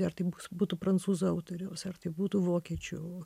ar tai bus būtų prancūzų autoriaus ar tai būtų vokiečių